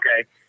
okay